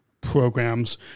programs